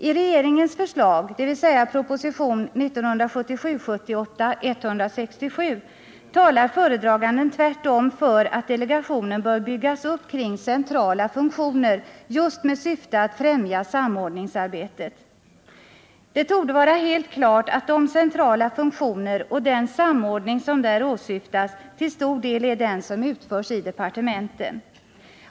I regeringens förslag, dvs. propositionen 1977/78:167, talar föredraganden tvärtom för att delegationen bör byggas upp kring centrala funktioner, just med syfte att främja samordningsarbetet. Det torde vara helt klart att de centrala funktioner och den samordning som där åsyftas till stor del är sådant som utförs i departementen.